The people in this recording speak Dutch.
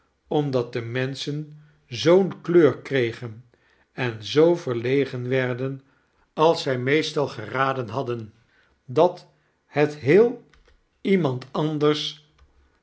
omdat de menschen zoo'nkleur kregen en zoo verlegen werden als zy meestal geraden hadden dat het heel iemand anders